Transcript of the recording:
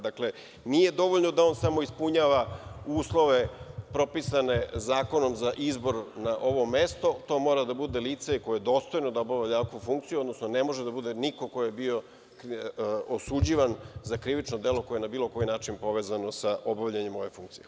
Dakle, nije dovoljno da on samo ispunjava uslove propisane zakonom za izbor na ovo mesto, to mora da bude lice koje je dostojno da obavlja ovakvu funkciju, odnosno ne može da bude niko ko je bio osuđivan za krivično delo koje je na bilo koji način povezano sa obavljanjem ove funkcije.